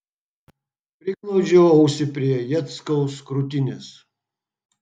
priglaudžiau ausį prie jackaus krūtinės